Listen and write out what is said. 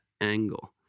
angle